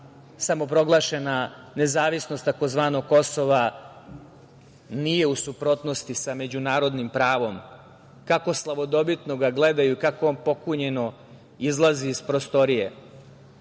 samoproglašena nezavisnost, tzv. Kosova nije u suprotnosti sa međunarodnim pravom, kako slavodobitno ga gledaju, kako on pokunjeno izlazi iz prostorije. Danas